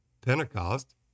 Pentecost